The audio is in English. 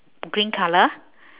green colour